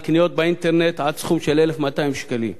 קניות באינטרנט עד סכום של 1,200 שקלים.